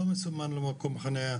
לא מסומן לו מקום חניה,